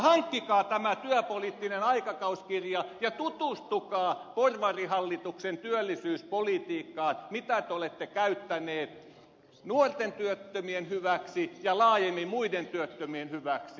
hankkikaa tämä työpoliittinen aikakauskirja ja tutustukaa porvarihallituksen työllisyyspolitiikkaan siinä mitä te olette käyttäneet nuorten työttömien hyväksi ja laajemmin muiden työttömien hyväksi